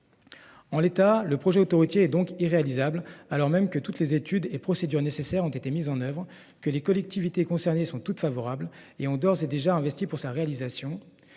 En l'état le projet autoroutier donc irréalisable alors même que toutes les études et procédures nécessaires ont été mises en oeuvre, que les collectivités concernées sont toutes favorables et ont d'ores et déjà investi pour sa réalisation,